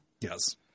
Yes